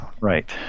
right